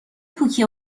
پوکی